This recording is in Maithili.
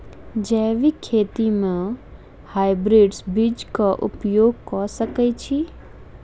जैविक खेती म हायब्रिडस बीज कऽ उपयोग कऽ सकैय छी?